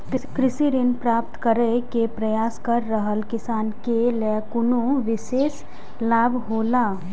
कृषि ऋण प्राप्त करे के प्रयास कर रहल किसान के लेल कुनु विशेष लाभ हौला?